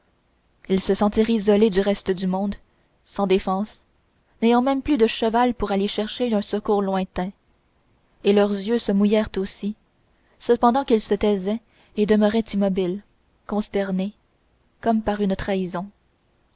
ils se sentirent isolés du reste du monde sans défense n'ayant même plus de cheval pour aller chercher un secours lointain et leurs yeux se mouillèrent aussi cependant qu'ils se taisaient et demeuraient immobiles consternés comme par une trahison